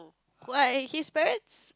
why his parents